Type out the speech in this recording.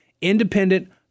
independent